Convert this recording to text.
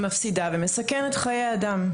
מפסידה ומסכנת חיי אדם,